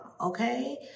Okay